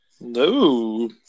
No